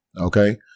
okay